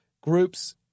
groups